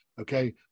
Okay